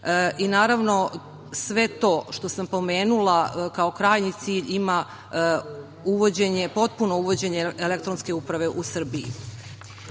i sve to što sam pomenula kao krajnji cilj ima potpuno uvođenje elektronske uprave u Srbiji. Predlog